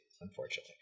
Unfortunately